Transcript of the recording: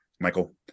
Michael